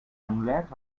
anglés